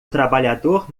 trabalhador